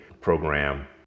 program